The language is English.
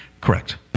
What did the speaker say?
Correct